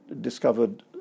discovered